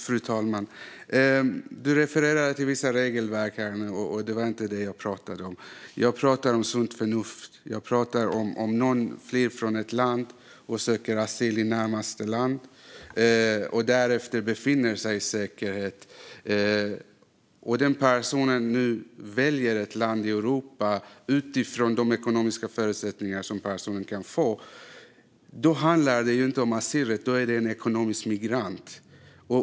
Fru talman! Annika Hirvonen refererade till vissa regelverk, men det var inte det som jag pratade om. Jag pratade om sunt förnuft. Jag sa att om någon flyr från ett land och söker asyl i närmaste land och då befinner sig i säkerhet men sedan väljer ett land i Europa utifrån de ekonomiska förutsättningar som denna person kan få, då handlar det inte om asylrätt. Då är denna person en ekonomisk migrant.